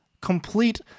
complete